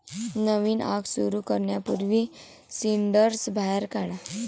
नवीन आग सुरू करण्यापूर्वी सिंडर्स बाहेर काढा